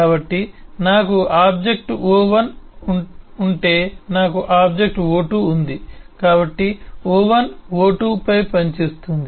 కాబట్టి నాకు object o1 ఉంటే నాకు ఆబ్జెక్ట్ o2 ఉంది కాబట్టి o1 o2 పై పనిచేస్తుంది